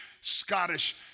Scottish